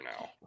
now